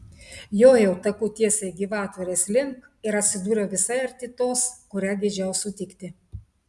jojau taku tiesiai gyvatvorės link ir atsidūriau visai arti tos kurią geidžiau sutikti